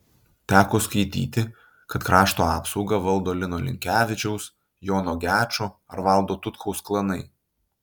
teko skaityti kad krašto apsaugą valdo lino linkevičiaus jono gečo ar valdo tutkaus klanai